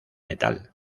metal